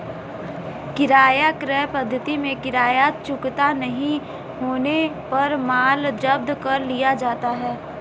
किराया क्रय पद्धति में किराया चुकता नहीं होने पर माल जब्त कर लिया जाता है